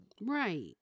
Right